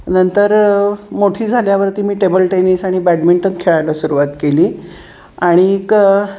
नंतर मोठी झाल्यावरती मी टेबल टेनिस आणि बॅडमिंटन खेळायला सुरुवात केली आणि